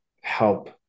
help